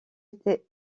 était